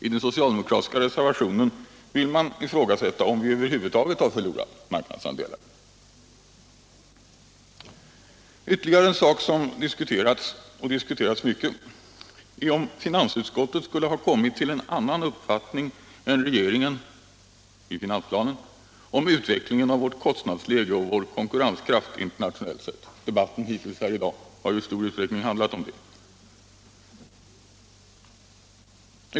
I den socialdemokratiska reservationen vill man ifrågasätta om vi över huvud taget har förlorat marknadsandelar. Ytterligare en sak som diskuterats mycket är om finansutskottet skulle ha kommit till en annan uppfattning än regeringen i finansplanen om utvecklingen av vårt kostnadsläge och vår konkurrenskraft internationellt sett. Debatten hittills i dag har ju i stor utsträckning handlat om detta.